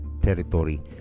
territory